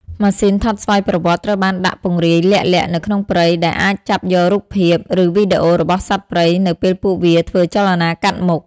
ម៉ាស៊ីនថតស្វ័យប្រវត្តិត្រូវបានដាក់ពង្រាយលាក់ៗនៅក្នុងព្រៃ ដែលអាចចាប់យករូបភាព ឬវីដេអូរបស់សត្វព្រៃនៅពេលពួកវាធ្វើចលនាកាត់មុខ។